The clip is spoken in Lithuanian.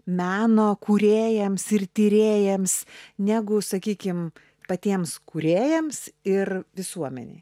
meno kūrėjams ir tyrėjams negu sakykim patiems kūrėjams ir visuomenei